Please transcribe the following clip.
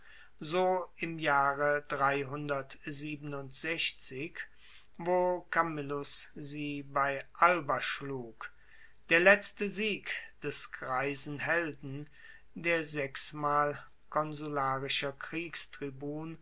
so im jahre wo camillus sie bei alba schlug der letzte sieg des greisen helden der sechsmal konsularischer kriegstribun